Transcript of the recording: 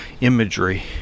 imagery